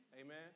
amen